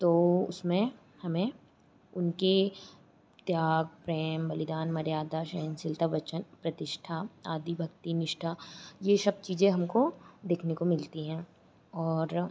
तो उसमें हमें उनके त्याग प्रेम बलिदान मर्यादा सहनसीलता वचन प्रतिष्ठा आदि भक्ति निष्ठा ये सब चीज़ें हमको देखने को मिलती हैं और